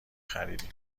خریدیم